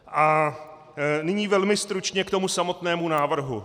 A nyní velmi stručně k tomu samotnému návrhu.